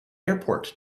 airport